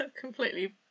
Completely